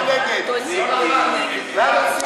נתקבלה.